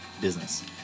business